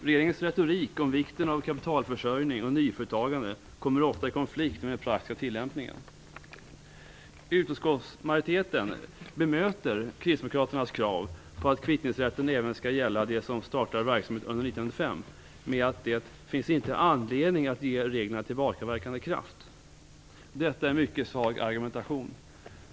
Regeringens retorik om vikten av kapitalförsörjning och nyföretagande kommer ofta i konflikt med den praktiska tillämpningen. Utskottsmajoriteten bemöter Kristdemokraternas krav på att kvittningsrätten även skall gälla dem som startar verksamhet under 1995 med att det "inte finns anledning att ge reglerna tillbakaverkande kraft". Detta är en mycket svag argumentation.